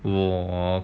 我